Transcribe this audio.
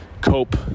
cope